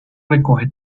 recoge